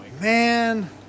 Man